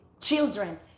children